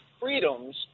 freedoms